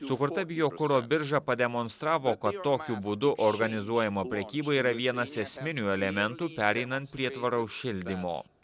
sukurta biokuro birža pademonstravo kad tokiu būdu organizuojama prekyba yra vienas esminių elementų pereinant prie tvaraus šildymo